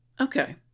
Okay